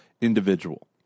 individual